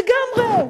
לגמרי,